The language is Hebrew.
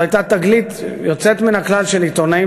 זו הייתה תגלית יוצאת מן הכלל של עיתונאים